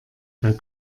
der